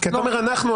כי אתה אומר: אנחנו,